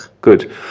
good